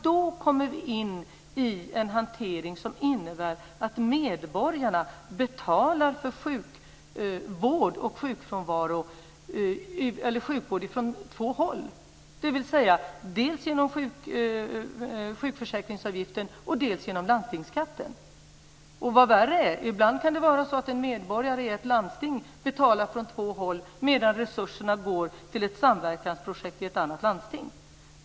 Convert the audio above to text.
Då kommer vi in i en hantering som innebär att medborgarna betalar för sjukvård från två håll, dvs. dels genom avgiften till sjukförsäkringen, dels genom landstingsskatten. Vad värre är: Ibland kan en medborgare i ett landsting betala från två håll medan resurserna går till ett samverkansprojekt i ett annat landsting.